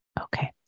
Okay